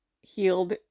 healed